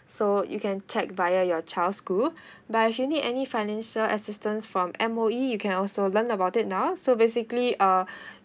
so you can check via your child's school but if you need any financial assistance from M_O_E you can also learn about it now so basically uh